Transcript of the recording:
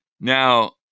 Now